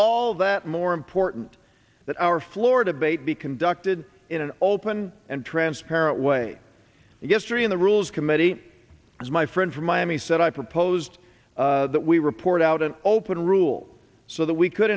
all that more important that our floor debate be conducted in an open and transparent way yesterday in the rules committee as my friend from miami said i proposed that we report out an open rule so that we could